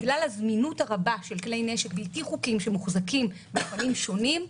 בגלל הזמינות הרבה של כלי נשק בלתי חוקיים שמוחזקים באתרים שונים,